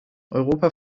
europa